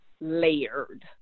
layered